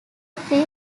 three